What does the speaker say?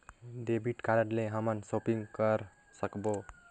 Debit card ले हमन shopping करे सकबो?